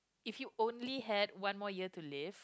if you only had one more year to live